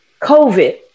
COVID